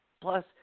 Plus